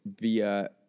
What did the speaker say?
via